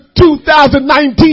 2019